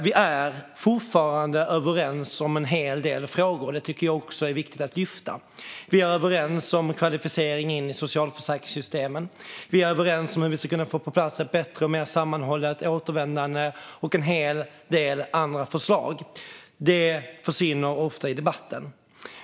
Vi är fortfarande överens om en hel del frågor - det tycker jag också är viktigt att lyfta. Vi är överens om kvalificering in i socialförsäkringssystemen, om hur vi ska kunna få på plats ett bättre och mer sammanhållet återvändande och om en hel del andra förslag. Det försvinner ofta i debatten.